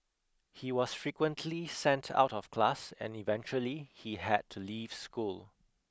he was frequently sent out of class and eventually he had to leave school